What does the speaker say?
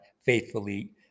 faithfully